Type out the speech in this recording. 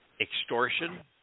extortion